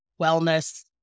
wellness